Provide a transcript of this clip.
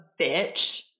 bitch